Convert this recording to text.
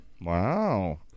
wow